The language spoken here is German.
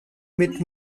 mit